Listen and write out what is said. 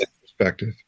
Perspective